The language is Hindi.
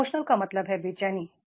इमोशनल बेचैनी है